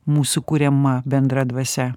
mūsų kuriama bendra dvasia